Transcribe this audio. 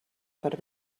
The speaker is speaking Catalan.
per